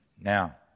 Now